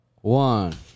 one